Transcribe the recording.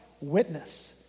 witness